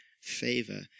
favor